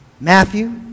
Matthew